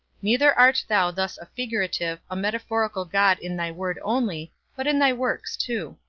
neither art thou thus a figurative, a metaphorical god in thy word only, but in thy works too.